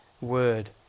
word